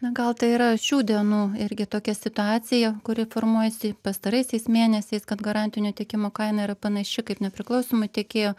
na gal tai yra šių dienų irgi tokia situacija kuri formuojasi pastaraisiais mėnesiais kad garantinio tiekimo kaina yra panaši kaip nepriklausomų tiekėjų